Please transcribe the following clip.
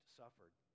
suffered